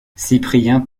cyprien